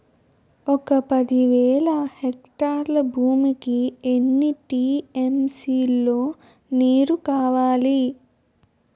ఒక పది వేల హెక్టార్ల భూమికి ఎన్ని టీ.ఎం.సీ లో నీరు కావాలి?